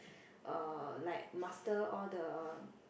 uh like master all the